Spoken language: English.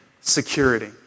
security